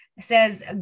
says